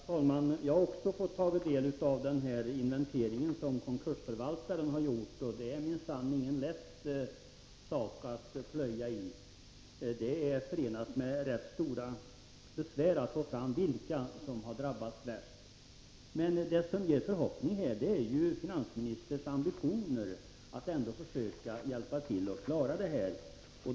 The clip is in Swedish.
Herr talman! Jag har också fått ta del av den inventering som konkursförvaltaren har gjort, och det är minsann ingen lätt sak att plöja i. Det är förenat med rätt stora besvär att få fram vilka som har drabbats värst. Men det som ger förhoppningar här är ju finansministerns ambition att hjälpa till för att komma fram till en lösning.